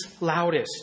loudest